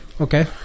Okay